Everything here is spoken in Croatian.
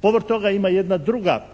Povrh toga ima jedna druga